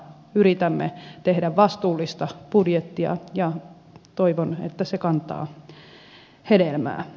yritämme tehdä vastuullista budjettia ja toivon että se kantaa hedelmää